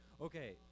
Okay